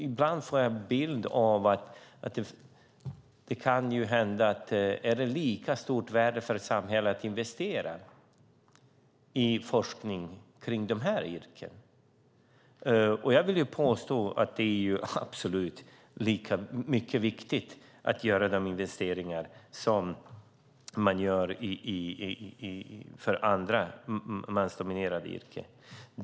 Ibland känner jag att det kan vara av lika stort värde för samhället att investera i forskning om dessa yrken. Jag vill påstå att det är mycket viktigt att göra samma investeringar som man gör för andra, mansdominerade, yrken.